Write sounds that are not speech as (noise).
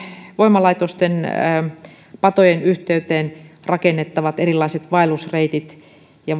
voimalaitosten patojen yhteyteen rakennettaviin erilaisiin vaellusreitteihin ja (unintelligible)